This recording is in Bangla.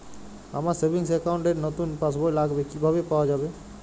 আমার সেভিংস অ্যাকাউন্ট র নতুন পাসবই লাগবে কিভাবে পাওয়া যাবে?